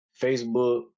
Facebook